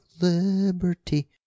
liberty